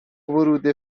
ورود